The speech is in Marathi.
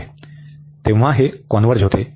होते तेव्हा हे कॉन्व्हर्ज होते